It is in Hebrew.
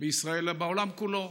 בישראל אלא בעולם כולו.